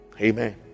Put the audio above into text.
Amen